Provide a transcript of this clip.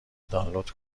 دانلود